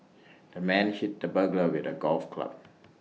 the man hit the burglar with A golf club